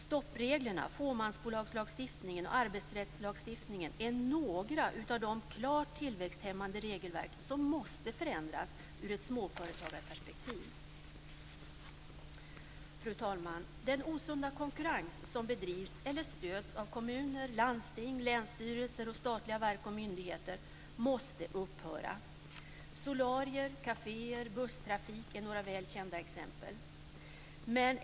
Stoppreglerna, fåmansbolagslagstiftningen och arbetsrättslagstiftningen är några av de klart tillväxthämmande regelverk som måste förändras ur ett småföretagarperspektiv. Fru talman! Den osunda konkurrens som bedrivs eller stöds av kommuner, landsting, länsstyrelser och statliga verk och myndigheter måste upphöra. Solarier, kaféer och busstrafik är några väl kända exempel.